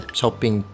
shopping